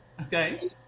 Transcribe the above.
Okay